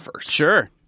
Sure